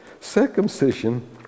Circumcision